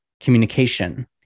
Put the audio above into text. communication